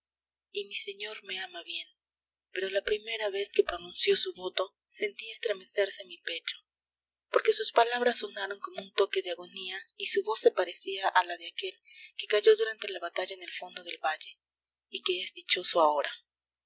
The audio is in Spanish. y mi señor me ama bien pero la primera vez que pronunció su voto sentí estremecerse mi pecho porque sus palabras sonaron como un toque de agonía y su voz se parecía a la de aquel que cayó durante la batalla en el fondo del valle y que es dichoso ahora